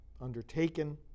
undertaken